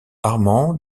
armand